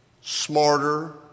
smarter